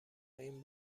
این